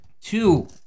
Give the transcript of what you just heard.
Two